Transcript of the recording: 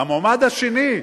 המועמד השני,